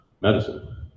medicine